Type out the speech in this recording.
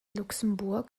luxemburg